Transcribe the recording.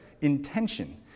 intention